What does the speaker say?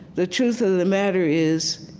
the truth of the matter is,